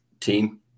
team